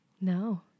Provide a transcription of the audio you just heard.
No